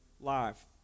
live